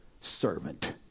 servant